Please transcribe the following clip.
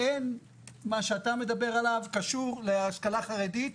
מה שאתה מדבר עליו קשור לכך שבהשכלה החרדית,